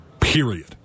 Period